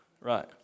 right